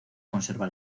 conservar